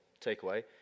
takeaway